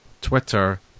Twitter